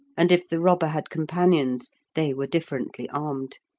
and if the robber had companions they were differently armed.